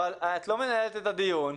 אבל לא את מנהלת את הדיון.